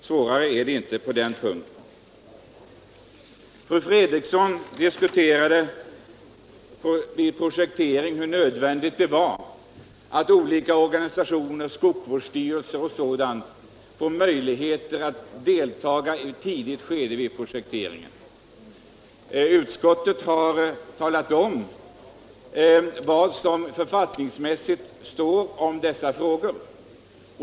Svårare är det inte. Fru Fredrikson diskuterade nödvändigheten av att olika organisationer, skogsvårdsstyrelser etc. får möjligheter att i ett tidigt skede delta i projekteringen. Utskottet har talat om vad det står i författningarna om dessa frågor.